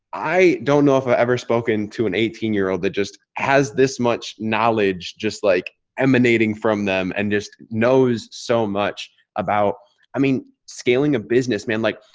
i don't know if i've ah ever spoken to an eighteen year old that just has this much knowledge, just like emanating from them and just knows so much about i mean, scaling a business man. like,